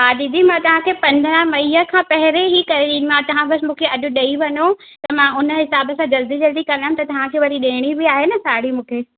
हा दीदी मां तव्हांखे पंद्रहं मई खां पहिंरियों ई करे ॾींदीमांव तव्हां बसि मूंखे अॼु ॾेई वञो त मां हुनए हिसाब सां जल्दी जल्दी कंदमि तव्हांखे वरी ॾियणी बि आहे न साड़ी मूंखे